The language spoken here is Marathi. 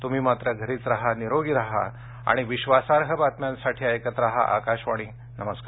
तुम्ही मात्र घरीच राहा निरोगी राहा आणि विश्वासार्ह बातम्यांसाठी ऐकत राहा आकाशवाणी नमस्कार